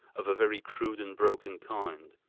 of a very crude and broken kind,